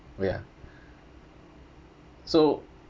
oh ya so